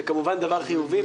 זה כמובן דבר חיובי,